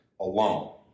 alone